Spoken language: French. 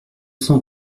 cent